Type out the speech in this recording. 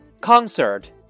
Concert